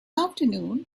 afternoon